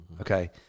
okay